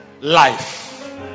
Life